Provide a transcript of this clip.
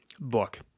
book